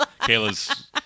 Kayla's